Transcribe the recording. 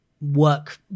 work